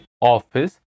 office